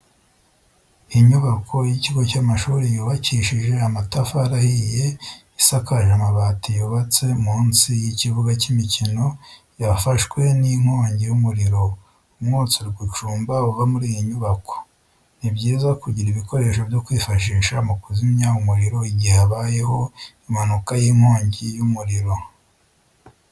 Inyubako y'ikigo cy'amashuri yubakishije amatafari ahiye isakaje amabati yubatse munsi y'ikibuga cy'imikino yafashwe n'inkongi y'umuriro, umwotsi uri gucumba uva muri iyi nyubako. Ni byiza kugira ibikoresho byo kwifashisha mu kuzimya umuriro igihe habayeho impanuka y'inkongi y'umuriro.